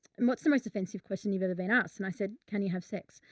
and what's the most offensive question you've ever been asked? and i said, can you have sex?